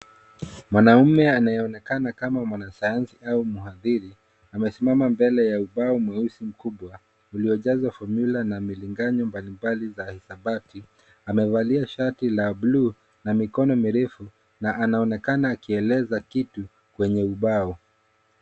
Mwanaume anayeonekana kama mwanasayansi au mhadhiri, amesimama mbele ya ubao mweusi mkubwa, uliojazwa formula na milinganyo mbalimbali za hisabati. Amevalia sharti la blue na mikono mirefu na anaonekana akieleza kitu kwenye ubao.